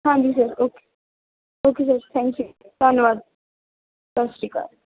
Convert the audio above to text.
ਹਾਂਜੀ sir okay okay sir thank you ਧੰਨਵਾਦ ਸਤਿ ਸ਼੍ਰੀ ਅਕਾਲ